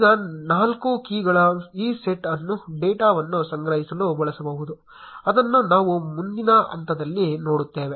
ಈಗ ನಾಲ್ಕು ಕೀಗಳ ಈ ಸೆಟ್ ಅನ್ನು ಡೇಟಾವನ್ನು ಸಂಗ್ರಹಿಸಲು ಬಳಸಬಹುದು ಅದನ್ನು ನಾವು ಮುಂದಿನ ಹಂತದಲ್ಲಿ ನೋಡುತ್ತೇವೆ